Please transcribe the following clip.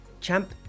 champ